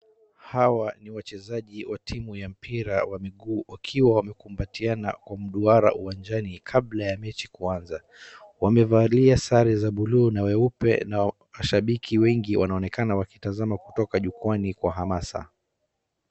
Hawa ni wachezaji wa timu ya mpira wa miguu wakiwa wamekumbatiana kwa mduara uwanjani kabla ya mechi kuanza. Wamevalia sare za buluu na weupe na washabiki wengi wanaonekana wakitazama kutoka jukwaani kwa hamasa.